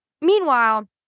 Meanwhile